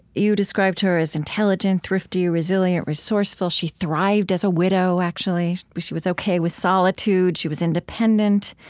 you described her as intelligent, thrifty, resilient, resourceful. she thrived as a widow, actually. but she was ok with solitude. she was independent